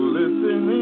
listen